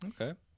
Okay